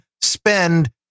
spend